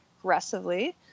aggressively